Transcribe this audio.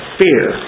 fear